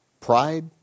Pride